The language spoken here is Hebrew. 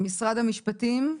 משרד המשפטים,